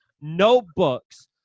Notebooks